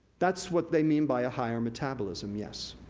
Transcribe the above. that's what they mean by a higher metabolism, yes.